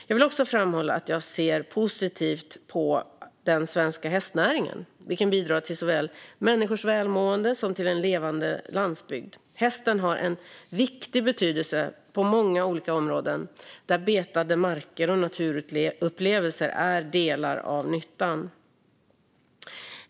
Jag vill också framhålla att jag ser positivt på den svenska hästnäringen, vilken bidrar till såväl människors välmående som en levande landsbygd. Hästen har en viktig betydelse på många olika områden där betade marker och naturupplevelser är delar av nyttan.